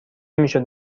میشد